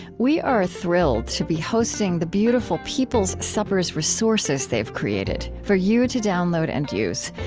we are thrilled to be hosting the beautiful people's suppers resources they've created for you to download and use.